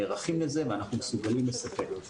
נערכים לזה ואנחנו מסוגלים לספק את זה.